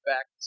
Back